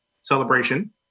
celebration